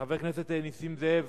חבר הכנסת נסים זאב,